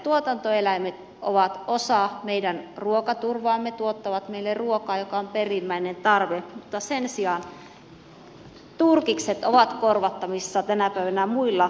tuotantoeläimet ovat osa meidän ruokaturvaamme tuottavat meille ruokaa joka on perimmäinen tarve mutta sen sijaan turkikset ovat korvattavissa tänä päivänä muilla materiaaleilla